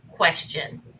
Question